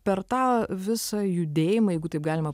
per tą visą judėjimą jeigu taip galima